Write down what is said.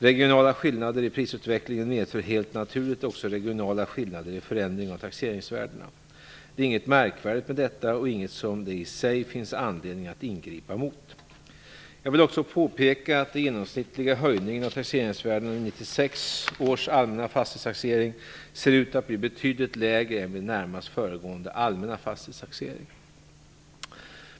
Regionala skillnader i prisutvecklingen medför helt naturligt också regionala skillnader i förändringen av taxeringsvärdena. Det är inget märkvärdigt med detta och inget som det i sig finns anledning att ingripa mot. Jag vill också påpeka att den genomsnittliga höjningen av taxeringsvärdena vid 1996 års allmänna fastighetstaxering ser ut att bli betydligt lägre än vid de närmast föregående allmänna fastighetstaxeringarna.